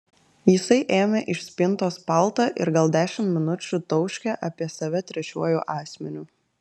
jisai ėmė iš spintos paltą ir gal dešimt minučių tauškė apie save trečiuoju asmeniu